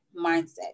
mindset